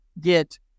get